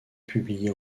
publié